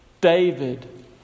David